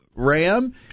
ram